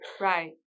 Right